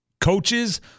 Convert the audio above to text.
Coaches